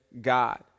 God